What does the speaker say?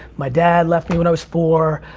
my dad left me when i was four,